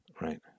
Right